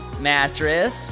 mattress